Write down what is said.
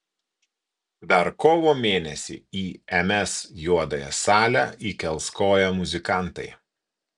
dar kovo mėnesį į ms juodąją salę įkels koją muzikantai